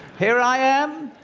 here i am,